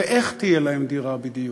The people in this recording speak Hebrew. ואיך תהיה להם דירה בדיוק?